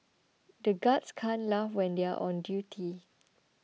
the guards can't laugh when they are on duty